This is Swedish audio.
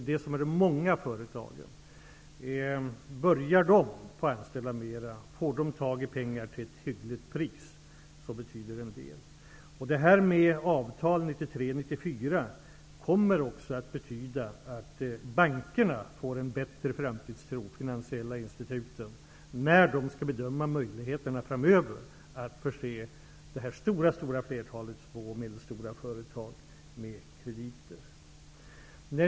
Om de börjar anställa fler människor och om de får tag i pengar till ett hyggligt pris, betyder det en del. Avtalen för 1993 och 1994 kommer också att betyda att bankerna och de finansiella instituten får en bättre framtidstro när de skall bedöma möjligheterna framöver när det gäller att förse det stora flertalet små och medelstora företag med krediter.